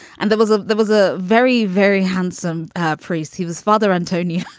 and there was ah there was a very, very handsome priest. he was father antonio